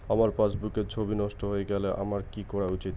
আমার পাসবুকের ছবি নষ্ট হয়ে গেলে আমার কী করা উচিৎ?